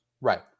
Right